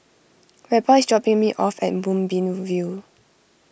Reba is dropping me off at Moonbeam View